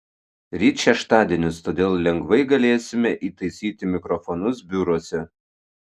ryt šeštadienis todėl lengvai galėsime įtaisyti mikrofonus biuruose